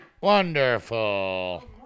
Wonderful